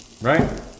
Right